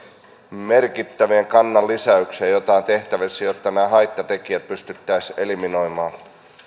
merkittävään kannanlisäykseen jotain tehtävissä jotta nämä haittatekijät pystyttäisiin eliminoimaan